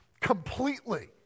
completely